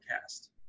cast